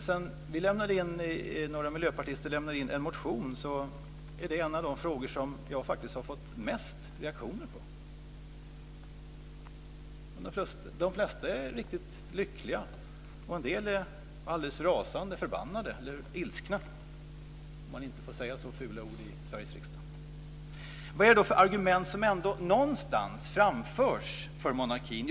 Sedan några miljöpartister lämnade in en motion har detta blivit en av de frågor som jag har fått mest reaktioner på. De flesta är riktigt lyckliga, och en del är alldeles rasande, förbannade eller ilskna - om man nu inte får säga så fula ord i Sveriges riksdag. Vad är det då för argument som ändå någonstans framförs för argument?